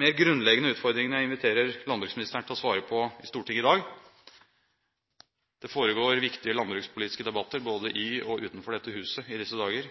mer grunnleggende utfordringene jeg inviterer landbruksministeren til å svare på i Stortinget i dag. Det foregår viktige landbrukspolitiske debatter både i og utenfor dette huset i disse dager,